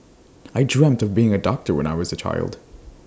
I dreamt of becoming A doctor when I was A child